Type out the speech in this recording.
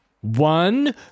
one